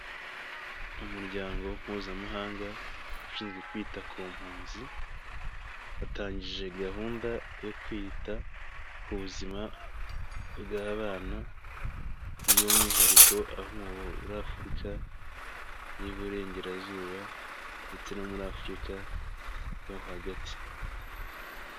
Umuryango mpuzamahanga ushinzwe kwita ku mpunzi, watangije gahunda yo kwita ku buzima bw'abana, by'umwihariko abo muri Afurika y'uburengerazuba ndetse no muri Afurika yo hagati.